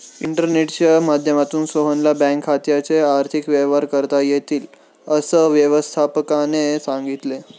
इंटरनेटच्या माध्यमातूनही सोहनला बँक खात्याचे आर्थिक व्यवहार करता येतील, असं व्यवस्थापकाने सांगितले